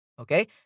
Okay